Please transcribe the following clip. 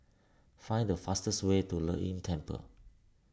find the fastest way to Lei Yin Temple